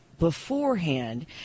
beforehand